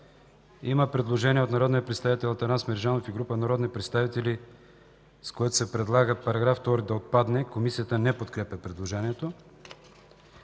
Има предложение от народния представител Атанас Мерджанов и група народни представители, с което се предлага § 14 да отпадне. Комисията не подкрепя предложението.